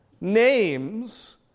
names